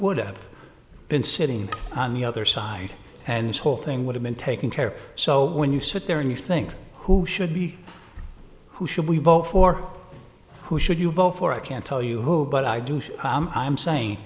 would have been sitting on the other side and his whole thing would have been taken care so when you sit there and you think who should be who should we vote for who should you vote for i can't tell you who but i do so i'm saying